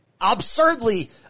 Absurdly